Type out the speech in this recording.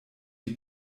die